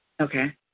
Okay